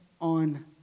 on